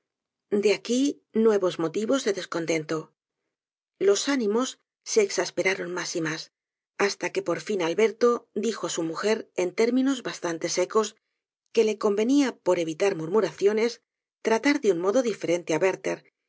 de aqui nuevos motivos de descontento los ánimos se exasperaron mas y mas hasta que por fin alberto dijo á su mujer en términos bastante secos f que le convenia por evilar murmuraciones tratar de un modo diferente á werlher